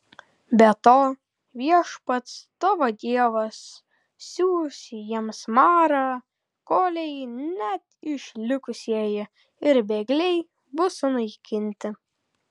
be to viešpats tavo dievas siųs jiems marą kolei net išlikusieji ir bėgliai bus sunaikinti